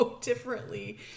differently